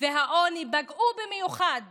והעוני פגעו במיוחד